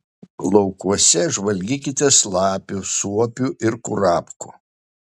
laukuose žvalgykitės lapių suopių ir kurapkų